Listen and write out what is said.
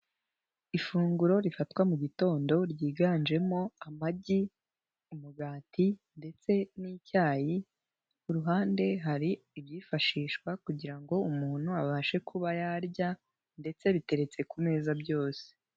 Ifunguro rifatwa mu gitondo ryiganjemo: amagi, umugati ndetse n'icyayi, ku ruhande hari ibyifashishwa kugira ngo umuntu abashe kuba yarya ndetse biteretse ku meza byose.